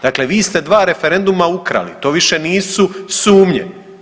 Dakle vi ste 2 referenduma ukrali, to više nisu sumnje.